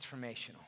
transformational